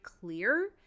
clear